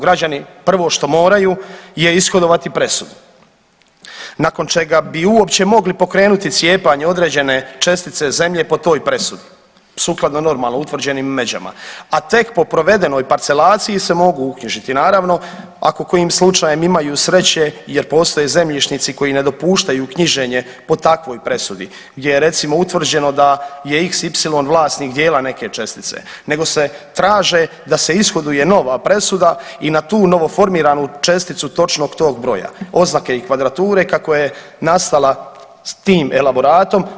Građani prvo što moraju je ishodovati presudu nakon čega bi uopće mogli pokrenuti cijepanje određene čestice zemlje po toj presudi sukladno normalno utvrđenim međama, a tek po provedenoj parcelaciji se mogu uknjižiti naravno ako kojim slučajem imaju sreće jer postoje zemljišnici koji ne dopuštaju knjiženje po takvoj presudi, gdje je recimo utvrđeno da je xy vlasnik dijela neke čestice, nego se traže da se ishoduje nova presuda i na tu novo formiranu česticu točnog tog broja oznake i kvadrature kako je nastala sa tim elaboratom.